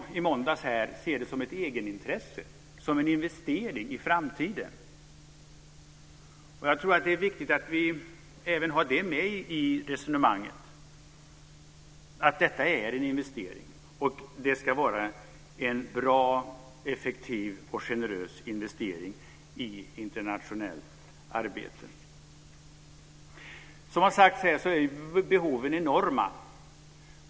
Men man också se det som ett egenintresse, som en investering för framtiden. Det är viktigt att ha detta med i resonemanget, att det är en investering och att det ska vara en bra, effektiv och generös investering i internationellt arbete. Som har sagts här är behoven enorma.